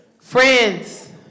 friends